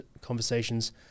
conversations